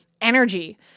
energy